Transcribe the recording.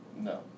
No